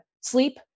Sleep